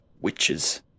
witches